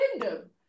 kingdom